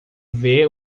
ver